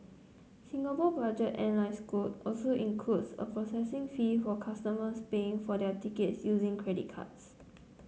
Singapore budget airline Scoot also includes a processing fee for customers paying for their tickets using credit cards